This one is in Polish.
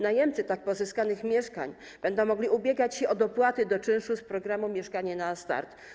Najemcy tak pozyskanych mieszkań będą mogli ubiegać się o dopłaty do czynszu z programu „Mieszkanie na start”